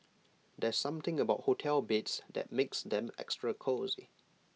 there's something about hotel beds that makes them extra cosy